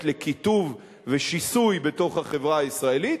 לקיטוב ושיסוי בתוך החברה הישראלית.